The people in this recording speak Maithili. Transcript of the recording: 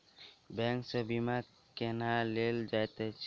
बैंक सँ सोना केना लेल जाइत अछि